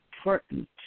important